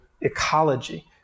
ecology